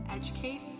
educate